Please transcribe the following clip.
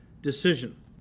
decision